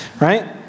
right